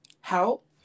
help